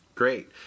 great